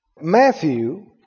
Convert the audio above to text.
Matthew